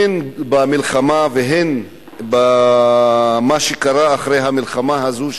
הן במלחמה והן במה שקרה אחרי המלחמה הזאת,